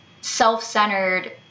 self-centered